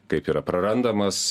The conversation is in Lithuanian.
kaip yra prarandamas